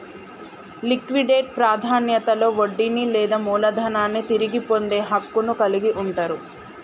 liquidate ప్రాధాన్యతలో వడ్డీని లేదా మూలధనాన్ని తిరిగి పొందే హక్కును కలిగి ఉంటరు